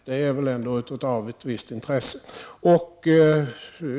Det är väl ändå av ett visst intresse.